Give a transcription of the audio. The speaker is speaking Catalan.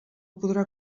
podrà